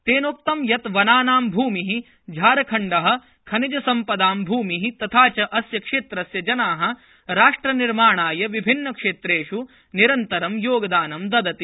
तेनोक्तं यत् वनानां भूमिः झारखण्डः खनिजसम्पदां भूमिः तथा च अस्य क्षेत्रस्य जनाः राष्ट्रनिर्माणाय विभिन्नक्षेत्रेष् निरन्तरं योगदानं ददति